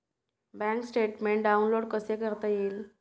Bank statement download कसे करता येईल?